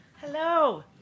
Hello